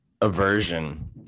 aversion